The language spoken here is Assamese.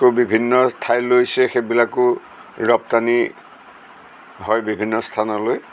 আকৌ বিভিন্ন ঠাই লৈছে সেইবিলাকো ৰপ্তানি হয় বিভিন্ন স্থানলৈ